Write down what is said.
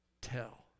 tell